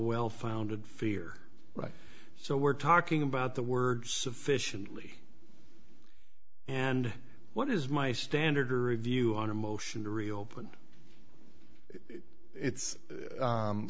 well founded fear but so we're talking about the word sufficiently and what is my standard or review on a motion to reopen its